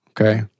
okay